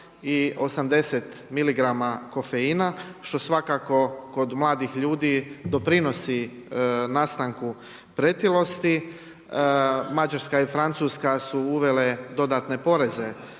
i 80 miligrama kofeina što svakako kod mladih ljudi doprinosi nastanku pretilosti. Mađarska i Francuska su uvele dodatne poreze